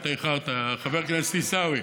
אתה איחרת, חבר הכנסת עיסאווי.